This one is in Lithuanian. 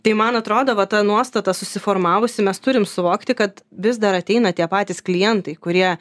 tai man atrodo va ta nuostata susiformavusi mes turim suvokti kad vis dar ateina tie patys klientai kurie